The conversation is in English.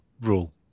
rule